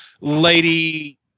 lady